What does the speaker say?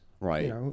Right